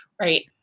right